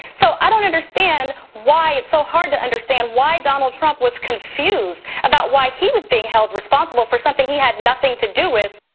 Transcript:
so i don't understand why it's so hard to understand why donald trump was confused about why he was being held responsible for something he had nothing to do with.